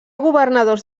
governadors